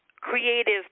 creative